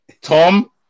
Tom